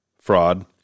fraud